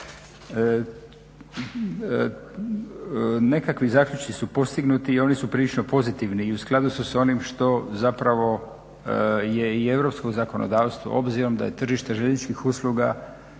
Nekakvi zaključci su postignuti i oni su prilično pozitivni i u skladu su s onim što zapravo je i europsko zakonodavstvo, obzirom da je tržište željezničkih usluga